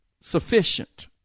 sufficient